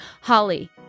Holly